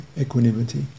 equanimity